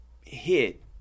hit